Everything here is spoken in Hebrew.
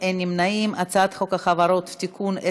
את הצעת חוק החברות (תיקון,